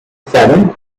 seven